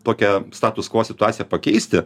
tokią status kvo situaciją pakeisti